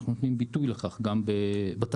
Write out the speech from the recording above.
אנחנו נותנים לכך ביטוי,